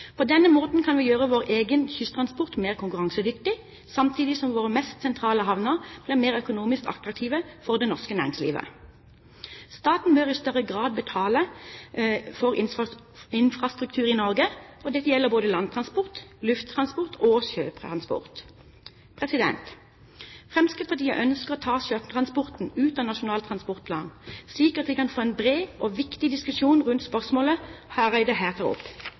På denne måten kan vi gjøre vår egen kysttransport mer konkurransedyktig, samtidig som våre mest sentrale havner blir mer økonomisk attraktive for det norske næringslivet. Staten bør i større grad betale for infrastruktur i Norge, og dette gjelder både landtransport, lufttransport og sjøtransport. Fremskrittspartiet ønsker å ta sjøtransporten ut av Nasjonal transportplan, slik at vi kan få en bred og viktig diskusjon rundt spørsmålet Hareide her tar opp. Og statsråden burde kanskje også ha takket Fremskrittspartiet i fjor, da vi tok opp